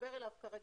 לחבר אליו פקס.